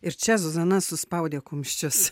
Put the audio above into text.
ir čia zuzana suspaudė kumščius